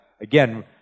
again